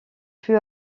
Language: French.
fut